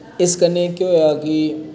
इस कन्नै केह् होया की